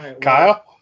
Kyle